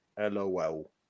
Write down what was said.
LOL